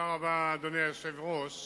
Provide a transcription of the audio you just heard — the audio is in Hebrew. אדוני היושב-ראש,